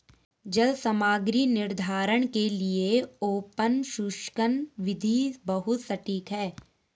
जल सामग्री निर्धारण के लिए ओवन शुष्कन विधि बहुत सटीक है